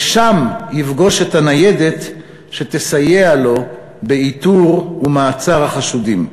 ושם יפגוש את הניידת שתסייע לו באיתור ומעצר החשודים.